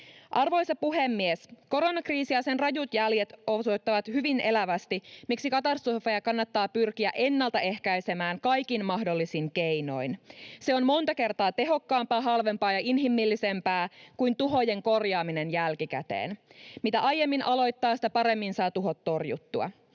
Arvoisa puhemies! Koronakriisi ja sen rajut jäljet osoittavat hyvin elävästi, miksi katastrofeja kannattaa pyrkiä ennaltaehkäisemään kaikin mahdollisin keinoin. Se on monta kertaa tehokkaampaa, halvempaa ja inhimillisempää kuin tuhojen korjaaminen jälkikäteen. Mitä aiemmin aloittaa, sitä paremmin saa tuhot torjuttua.